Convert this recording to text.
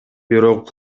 бирок